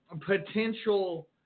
potential